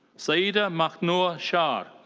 syeda mahnoor shah.